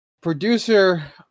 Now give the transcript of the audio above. producer